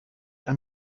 and